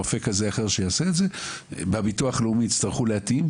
רופא כזה או אחר שיעשה את זה וביטוח לאומי יצטרכו להתאים,